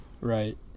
Right